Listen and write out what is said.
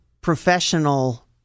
professional